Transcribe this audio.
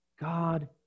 god